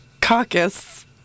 Caucus